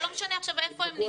לא משנה היכן הם נדבקו.